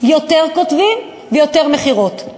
יותר כותבים ויותר מכירות.